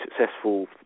successful